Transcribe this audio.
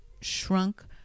shrunk